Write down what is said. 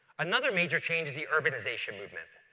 another major change is the urbanization movement.